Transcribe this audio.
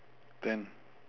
ten